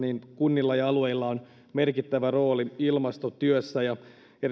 kunnilla ja alueilla on merkittävä rooli ilmastotyössä erityisesti